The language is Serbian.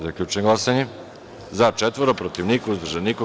Zaključujem glasanje: za – pet, protiv – niko, uzdržan – niko.